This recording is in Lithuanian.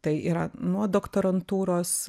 tai yra nuo doktorantūros